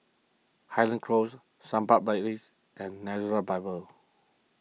Highland Close Sampan Place and Nazareth Bible